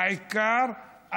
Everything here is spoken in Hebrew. העיקר,